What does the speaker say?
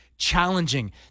challenging